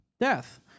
death